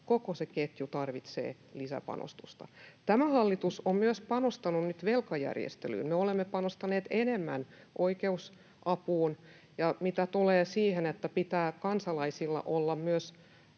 koko se ketju tarvitsee lisäpanostusta. Tämä hallitus on myös panostanut nyt velkajärjestelyyn. Me olemme panostaneet enemmän oikeusapuun. Ja mitä tulee siihen, että pitää kansalaisilla olla myös